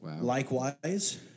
likewise